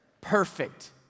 Perfect